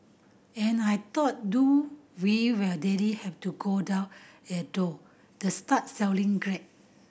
and I thought do we really have to go down to start selling grade